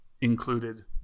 included